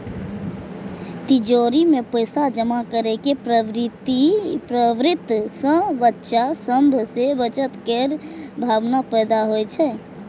तिजौरी मे पैसा जमा करै के प्रवृत्ति सं बच्चा सभ मे बचत केर भावना पैदा होइ छै